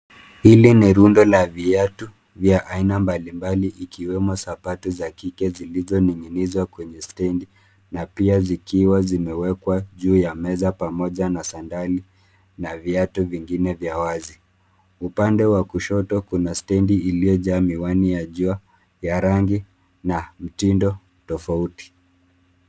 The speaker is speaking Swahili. Hili ni rundo la viatu vya aina mbalimbali ikiwemo sapatu za kike zilizoning'inizwa kwenye stendi na pia zikiwa zimewekwa juu ya meza pamoja na sandali na viatu vingine vya wazi. Upande wa kushoto kuna stendi iliyojaa miwani ya jua ya rangi na mtindo tofauti.